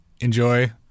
enjoy